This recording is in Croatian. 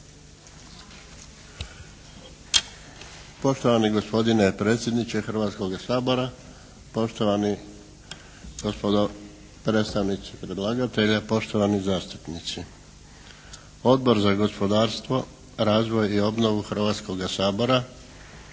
Poštovani gospodine predsjedniče Hrvatskoga sabora, poštovani gospodo predstavnici predlagatelja, poštovani zastupnici. Odbor za gospodarstvo, razvoj i obnovu Hrvatskoga sabora